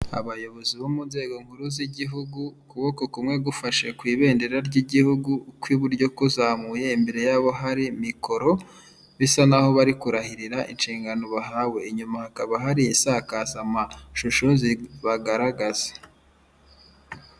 Abayobozi bo mu nzego nkuru z'igihugu ukuboko kumwe gufashe ku ibendera ry'igihugu ukw'iburyo kuzamuye imbere yabo hari mikoro bisa nk'aho bari kurahirira inshingano bahawe, inyuma hakaba hari isakaza amashusho zibagaragaza.